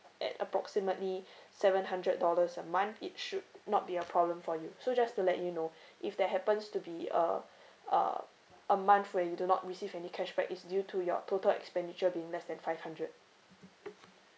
at approximately seven hundred dollars a month it should not be a problem for you so just to let you know if that happens to be uh uh a month for when you do not receive any cashback is due to your total expenditure being less than five hundred